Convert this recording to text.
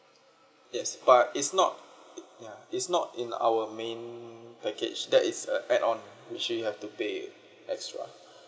yes but is not yeah is not in our main package that is a add on which you have to pay extra